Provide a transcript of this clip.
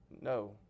No